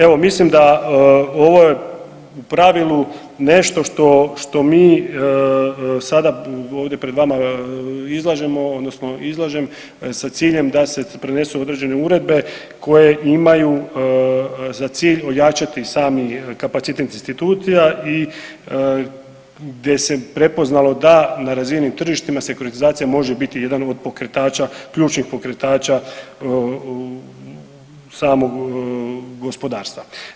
Evo mislim da ovo je u pravilu nešto što, što mi sada ovdje pred vama izlažemo odnosno izlažem sa ciljem da se prenesu određene uredbe koje imaju za cilj ojačati sami kapacitet institucija i gdje se prepoznalo da na razini tržištima sekuritizacija može biti jedan od pokretača, ključnih pokretača samog gospodarstva.